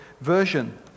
version